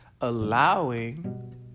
allowing